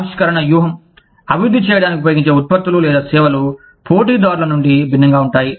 ఆవిష్కరణ వ్యూహం అభివృద్ధి చేయడానికి ఉపయోగించే ఉత్పత్తులు లేదా సేవలు పోటీదారుల నుండి భిన్నంగా ఉంటాయి